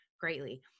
Greatly